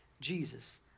Jesus